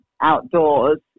outdoors